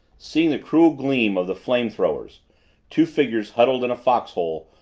seeing the cruel gleam of the flame throwers two figures huddled in a foxhole,